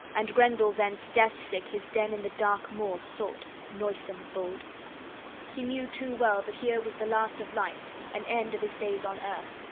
and grendel thence death-sick his den in the dark moor sought, noisome abode he knew too well that here was the last of life, an end of his days on earth.